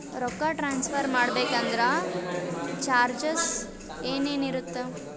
ರೊಕ್ಕ ಟ್ರಾನ್ಸ್ಫರ್ ಮಾಡಬೇಕೆಂದರೆ ಚಾರ್ಜಸ್ ಏನೇನಿರುತ್ತದೆ?